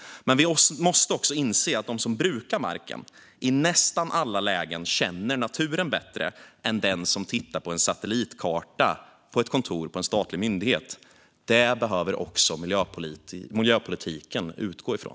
Men vi måste också inse att de som brukar marken i nästan alla lägen känner naturen bättre än den som tittar på en satellitkarta på ett kontor på en statlig myndighet. Det behöver också miljöpolitiken utgå ifrån.